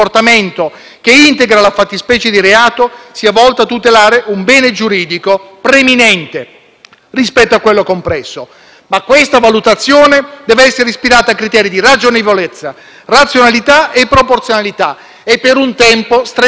rispetto a quello compresso, ma questa valutazione deve essere ispirata a criteri di ragionevolezza, razionalità e proporzionalità e per un tempo strettamente limitato: la deroga è ammessa, ma a precise condizioni e secondo precisi criteri.